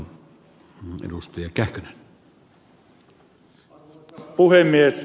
arvoisa puhemies